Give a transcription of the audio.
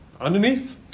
Underneath